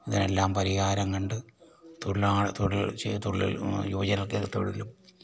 ഇതിനെല്ലാം പരിഹാരം കണ്ട് തൊഴിലാള തൊഴിൽ ചെയ്യ് തൊഴിൽ യുവജന തൊഴിലും